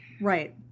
Right